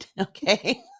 okay